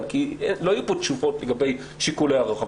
כי לא יהיו פה תשובות לגבי שיקולי הרוחב.